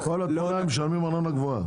התמונה, הם משלמים ארנונה גבוהה.